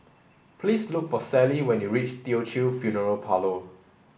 please look for Sally when you reach Teochew Funeral Parlour